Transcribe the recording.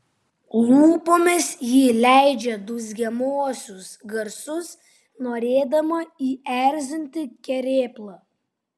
lūpomis ji leidžia dūzgiamuosius garsus norėdama įerzinti kerėplą